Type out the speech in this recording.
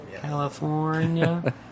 California